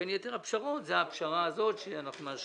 בין יתר הפשרות זו הפשרה הזאת שאנחנו מאשרים,